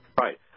Right